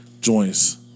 joints